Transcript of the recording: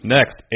Next